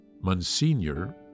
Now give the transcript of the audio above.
Monsignor